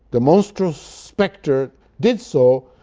the monstrous spectre did so,